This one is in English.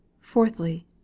Fourthly